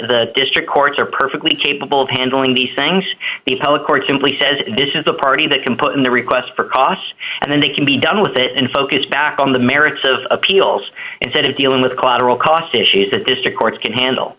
the district courts are perfectly capable of handling these things the appellate court simply says this is the party that can put in the request for costs and then they can be done with it and focus back on the merits of appeals instead of dealing with collateral cost issues the district courts can handle